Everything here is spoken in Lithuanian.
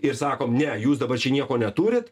ir sakom ne jūs dabar čia nieko neturit